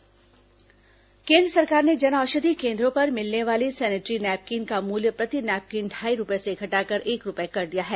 सरकार sanitary napkin कुंद्र सरकार ने जनऔषधि केंद्रों पर मिलने वाली सेनेटरी नैपकिन का मूल्य प्रति नैपकिन ढाई रुपये से घटाकर एक रुपये कर दिया है